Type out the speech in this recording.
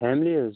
family حظ